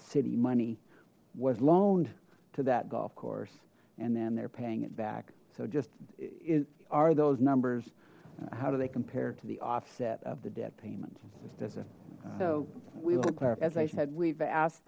city money was loaned to that golf course and then they're paying it back so just it are those numbers how do they compare to the offset of the debt payment is it so as i said we've asked